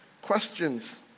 Questions